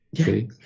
Okay